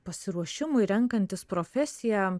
pasiruošimui renkantis profesiją